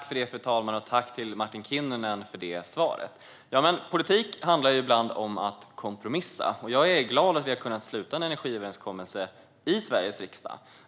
Fru talman! Tack, Martin Kinnunen, för svaret! Politik handlar ibland om att kompromissa, och jag är glad att vi har kunnat sluta en energiöverenskommelse i Sveriges riksdag.